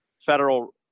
federal